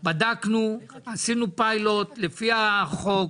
שבדקתם, עשיתם פיילוט לפי החוק,